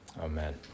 Amen